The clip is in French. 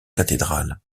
cathédrale